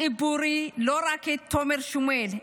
ציבורי לא רק את תומר שמואל,